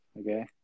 okay